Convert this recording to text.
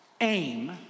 aim